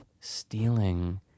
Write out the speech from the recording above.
stealing